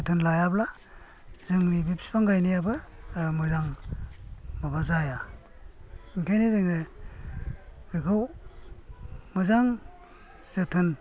जोथोन लायाब्ला जोंनि बे बिफां गायनायाबो मोजां माबा जाया ओंखायनो जोङो बेखौ मोजां जोथोन